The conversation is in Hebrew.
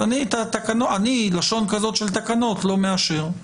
אז אני, לשון כזאת של תקנות לא מאשר.